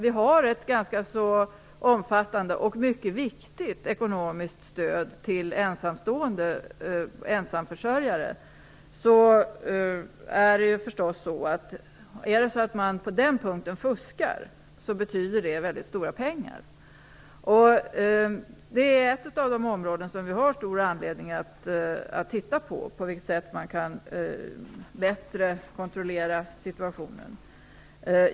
Vi har ett ganska omfattande och mycket viktigt ekonomiskt stöd till ensamstående och ensamförsörjare. Om man på den punkten fuskar, betyder det väldigt stora belopp. Detta är ett av de områden där det finns stor anledning att se över på vilket sätt situationen kan kontrolleras bättre.